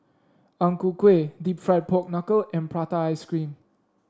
Ang Ku Kueh deep fried Pork Knuckle and Prata Ice Cream